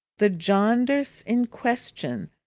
the jarndyce in question,